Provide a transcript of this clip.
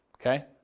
Okay